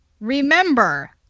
remember